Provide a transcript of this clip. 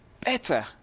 better